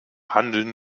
handeln